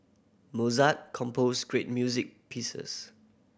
Mozart composed great music pieces